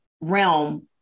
realm